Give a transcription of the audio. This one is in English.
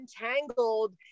entangled